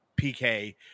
PK